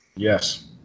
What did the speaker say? yes